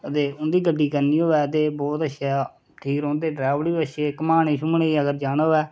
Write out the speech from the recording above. ते उं'दी गड्डी करनी होवे ते बौत अच्छा डलैवर बी अच्छे घमाने शुम्मने गी अगर जाना होवे